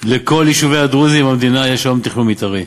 לכל יישובי הדרוזים במדינה יש היום תכנון מתארי